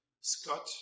Scott